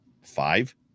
Five